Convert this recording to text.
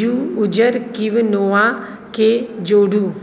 U उज्जर किवनोवाके जोड़ू